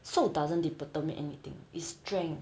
瘦 doesn't determine anything it's strength